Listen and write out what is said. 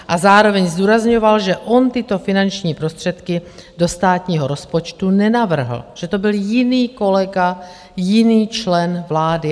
A zároveň zdůrazňoval, že on tyto finanční prostředky do státního rozpočtu nenavrhl, že to byl jiný kolega, jiný člen vlády.